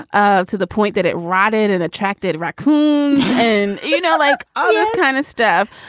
ah to the point that it rotted and attracted raccoons. and, you know, like all this kind of stuff.